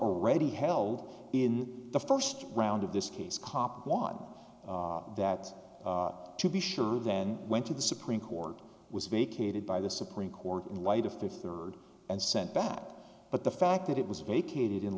already held in the first round of this case copwatch that to be sure then went to the supreme court was vacated by the supreme court in light of fifth and sent back but the fact that it was vacated in